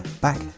back